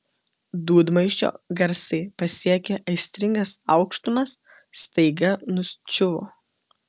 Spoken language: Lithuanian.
dūdmaišio garsai pasiekę aistringas aukštumas staiga nuščiuvo